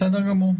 בסדר גמור.